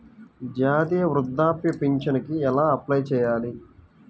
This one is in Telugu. జాతీయ వృద్ధాప్య పింఛనుకి ఎలా అప్లై చేయాలి?